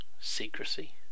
secrecy